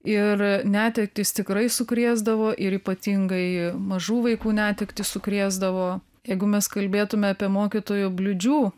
ir netektys tikrai sukrėsdavo ir ypatingai mažų vaikų netektys sukrėsdavo jeigu mes kalbėtume apie mokytojų bliūdžių